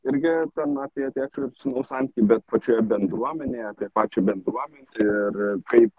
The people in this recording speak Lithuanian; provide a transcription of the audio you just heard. irgi ten apie tėčio ir sūnaus santykį bet pačioje bendruomenėje apie pačią bendruome ir kaip